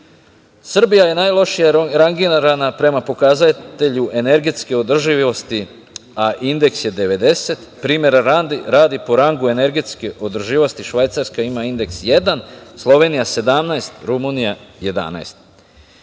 75,1%.Srbija je najlošije rangirana prema pokazatelju energetske održivosti, a indeks je 90. Primera radi, po rangu energetske održivosti Švajcarska ima indeks 1, Slovenija 17, Rumunija 11.